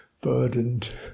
burdened